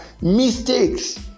mistakes